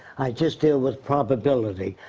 i just deal with probability.